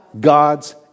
God's